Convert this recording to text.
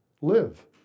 live